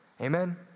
Amen